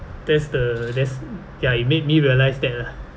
that's the that's ya it made me realise that ah